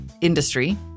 industry